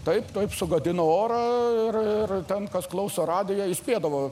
taip taip sugadino orą ir ir ten kas klauso radiją įspėdavo